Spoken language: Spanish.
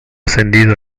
ascendido